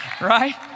right